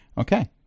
Okay